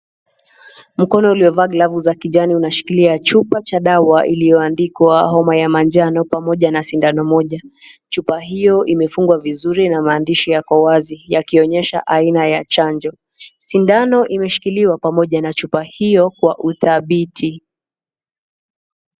Mkono uliovaa glavu za kijani unashikilia chupa cha dawa iliyoandikwa homa ya manjano pamoja na sindano moja. Chupa hio imefungwa vizuri na maandishi yako wazi, yakionyesha aina ya chanjo. Sindano imeshikiliwa pamoja na chupa hio kwa udhabiti.